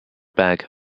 bag